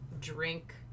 drink